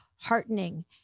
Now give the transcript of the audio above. heartening